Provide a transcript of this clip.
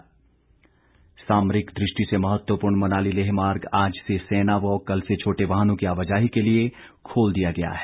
मनाली लेह सामरिक दृष्टि से महत्वपूर्ण मनाली लेह मार्ग आज से सेना व कल से छोटे वाहनों की आवाजाही के लिए खोल दिया गया है